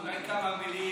אולי כמה מילים